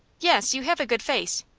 yes you have a good face.